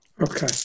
Okay